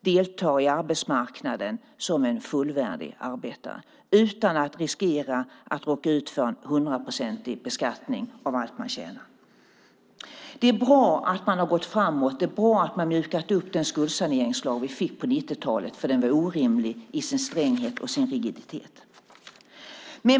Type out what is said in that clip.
delta i arbetsmarknaden som fullvärdiga arbetare utan att riskera att råka ut för en 100-procentig beskattning av allt de tjänar. Det är bra att man har gått framåt. Det är bra att man har mjukat upp den skuldsaneringslag vi fick på 90-talet. Den var orimlig i sin stränghet och rigiditet.